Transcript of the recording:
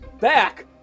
back